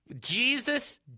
Jesus